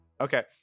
Okay